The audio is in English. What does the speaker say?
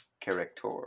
Character